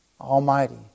Almighty